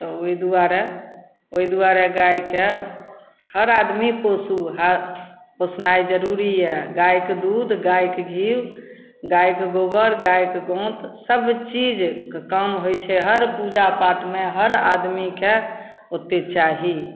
तऽ ओहि दुआरे ओहि दुआरे गाइके हर आदमी पोसू पोसनाइ जरूरी यऽ गाइके दूध गाइके घी गाइके गोबर गाइके गोँत सबचीजके काम होइ छै हर पूजा पाठमे हर आदमीके ओते चाही